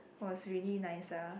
was really nice lah